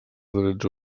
drets